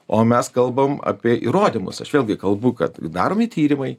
o mes kalbam apie įrodymus aš vėlgi kalbu kad daromi tyrimai